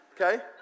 okay